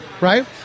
right